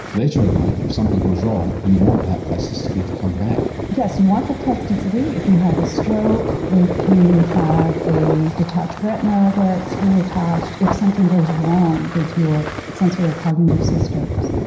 later in life if something goes wrong you want that plasticity to come back. yes, you want the plasticity if you have a stroke, if you have a detached retina that's reattached, if something goes wrong with your sensory or cognitive systems.